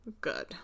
good